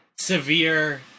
severe